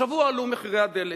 השבוע עלו מחירי הדלק.